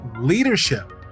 Leadership